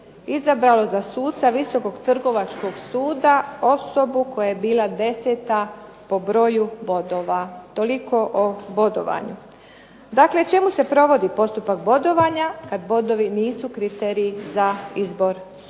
izabralo za suca Visokog trgovačkog suda osobu koja je bila 10. po broju bodova. Toliko o bodovanju. Dakle, čemu se provodi postupak bodovanja kada bodovi nisu kriterij za izbor suca.